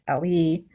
LE